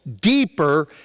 deeper